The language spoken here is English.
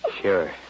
Sure